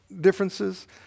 differences